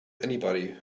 anybody